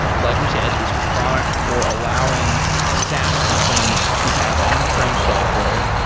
like we said, this product for allowing saas companies to have on-prem software.